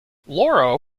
laura